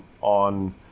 on